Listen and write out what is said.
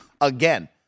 Again